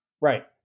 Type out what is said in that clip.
Right